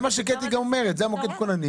זה מה שקטיה גם אומרת, זה מוקד הכוננים.